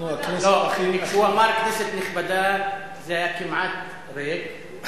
הוא אמר "כנסת נכבדה" זה היה כמעט ריק,